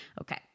Okay